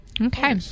Okay